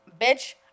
Bitch